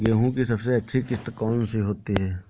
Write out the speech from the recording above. गेहूँ की सबसे अच्छी किश्त कौन सी होती है?